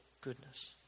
goodness